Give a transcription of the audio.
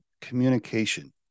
communication